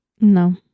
No